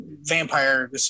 vampire